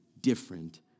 different